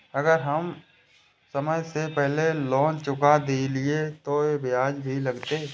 अगर हम समय से पहले लोन चुका देलीय ते ब्याज भी लगते?